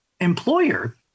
employer